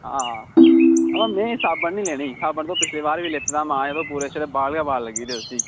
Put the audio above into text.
बाऽ में साबन निं लैना ई साबन पिच्छली बार बी लैते दा हा ते लाया तोह् ते उसी बाल गै बाल लग्गी दे उसी